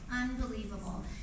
unbelievable